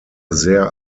sehr